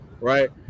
right